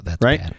Right